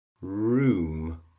room